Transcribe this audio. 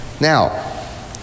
Now